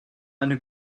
eine